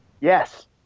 yes